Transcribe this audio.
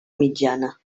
mitjana